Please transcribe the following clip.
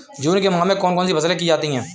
जून के माह में कौन कौन सी फसलें की जाती हैं?